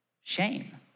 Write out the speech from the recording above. shame